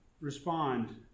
respond